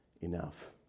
enough